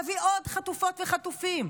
להביא עוד חטופות וחטופים.